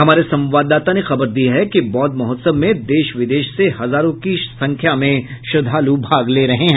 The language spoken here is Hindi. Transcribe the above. हमारे संवाददाता ने खबर दी है कि बौद्ध महोत्सव में देश विदेश से हजारों की संख्या में श्रद्धालु भाग ले रहे हैं